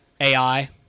AI